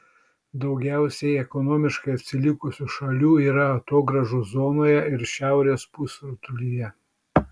daugiausiai ekonomiškai atsilikusių šalių yra atogrąžų zonoje ir šiaurės pusrutulyje